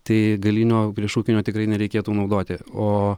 tai galinio priešrūkinio tikrai nereikėtų naudoti o